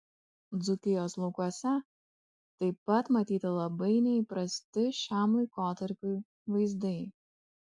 dzūkijos laukuose taip pat matyti labai neįprasti šiam laikotarpiui vaizdai